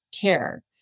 care